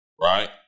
right